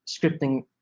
scripting